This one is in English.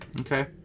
okay